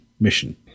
mission